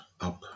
up